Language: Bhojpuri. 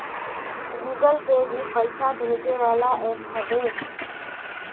गूगल पे भी पईसा भेजे वाला एप्प हवे